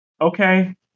Okay